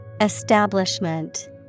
Establishment